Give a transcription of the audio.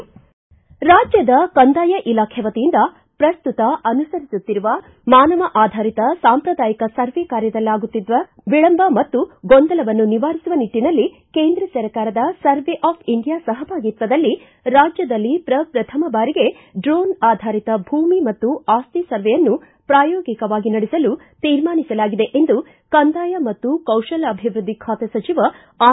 ರಾಜ್ಯದ ಕಂದಾಯ ಇಲಾಖೆ ವತಿಯಿಂದ ಪ್ರಸ್ತುತ ಅನುಸರಿಸುತ್ತಿರುವ ಮಾನವ ಆಧಾರಿತ ಸಾಂಪ್ರದಾಯಿಕ ಸರ್ವೆ ಕಾರ್ಯದಲ್ಲಿ ಆಗುತ್ತಿದ್ದ ವಿಳಂಬ ಮತ್ತು ಗೊಂದಲವನ್ನು ನಿವಾರಿಸುವ ನಿಟ್ಟಿನಲ್ಲಿ ಕೇಂದ್ರ ಸರ್ಕಾರದ ಸರ್ವೆ ಆಫ್ ಇಂಡಿಯಾ ಸಹಭಾಗಿತ್ವದಲ್ಲಿ ರಾಜ್ಯದಲ್ಲಿ ಪ್ರಪ್ರಥಮ ಬಾರಿಗೆ ಡ್ರೋನ್ ಆಧಾರಿತ ಭೂಮಿ ಮತ್ತು ಆಸ್ತಿ ಸರ್ವೆಯನ್ನು ಪ್ರಾಯೋಗಿಕವಾಗಿ ನಡೆಸಲು ತೀರ್ಮಾನಿಸಲಾಗಿದೆ ಎಂದು ಕಂದಾಯ ಮತ್ತು ಕೌಶಲ್ಯಾಭಿವೃದ್ಧಿ ಖಾತೆ ಸಚಿವ ಆರ್